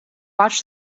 watch